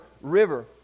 river